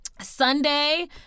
Sunday